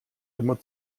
immer